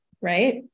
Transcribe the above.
Right